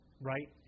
Right